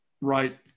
right